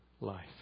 life